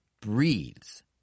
breathes